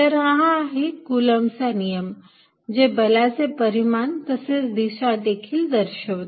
तर हा आहे कुलम्बचा नियम जे बलाचे परिमाण तसेच दिशा देखील दर्शवते